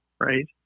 right